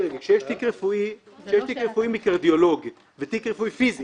שכשיש תיק רפואי פיזי מקרדיולוג ותיק רפואי פיזי